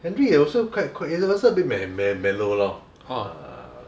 Hendricks also quite quite universal me~ me~ mellow lor